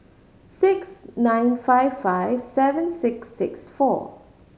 six nine five five seven six six four